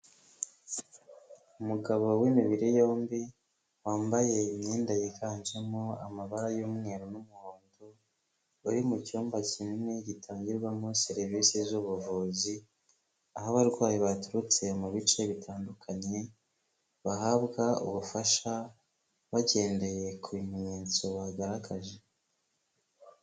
Umugabo w'imibiri yombi, wambaye imyenda yiganjemo amabara y'umweru n'umuhondo, uri mu cyumba kinini gitangirwamo serivisi z'ubuvuzi, aho abarwayi baturutse mu bice bitandukanye, bahabwa ubufasha, bagendeye ku bimenyetso bagaragaje.